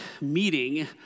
meeting